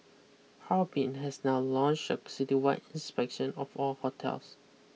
Harbin has now launched a citywide inspection of all hotels